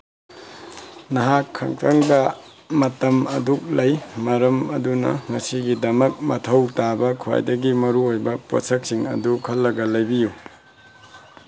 ꯅꯍꯥꯛꯈꯛꯇꯪꯗ ꯃꯇꯝ ꯑꯗꯨꯛ ꯂꯩ ꯃꯔꯝ ꯑꯗꯨꯅ ꯉꯁꯤꯃꯛꯒꯤꯗꯃꯛ ꯃꯊꯧ ꯇꯥꯕ ꯈ꯭ꯋꯥꯏꯗꯒꯤ ꯃꯔꯨꯑꯣꯏꯕ ꯄꯣꯠꯁꯛꯁꯤꯡ ꯑꯗꯨ ꯈꯜꯂꯒ ꯂꯩꯕꯤꯌꯨ